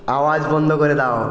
আওয়াজ বন্ধ করে দাও